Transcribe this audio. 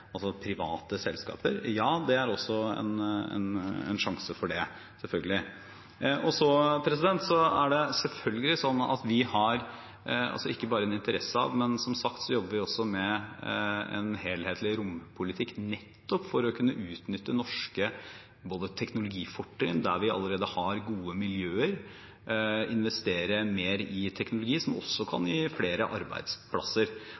altså private selskaper? Ja, det er også en sjanse for det, selvfølgelig. Og så er det selvfølgelig sånn at vi har ikke bare en interesse av, men vi jobber også med, som sagt, en helhetlig rompolitikk, nettopp for å kunne utnytte norske teknologifortrinn der vi allerede har gode miljøer, og investere mer i teknologi, som også kan